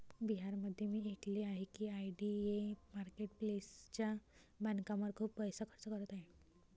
बिहारमध्ये मी ऐकले आहे की आय.डी.ए मार्केट प्लेसच्या बांधकामावर खूप पैसा खर्च करत आहे